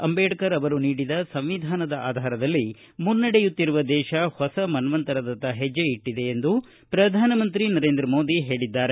ಅಂಬೇಡ್ಕರ ಅವರು ನೀಡಿದ ಸಂವಿಧಾನದ ಆಧಾರದಲ್ಲಿ ಮುನ್ನಡೆಯುತ್ತಿರುವ ದೇಶ ಹೊಸ ಮನ್ನಂತರದತ್ತ ಹೆಜ್ಜೆ ಇಟ್ಟದೆ ಎಂದು ಪ್ರಧಾನ ಮಂತ್ರಿ ನರೇಂದ್ರ ಮೋದಿ ಹೇಳಿದ್ದಾರೆ